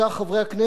חברי הכנסת,